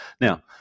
Now